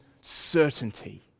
certainty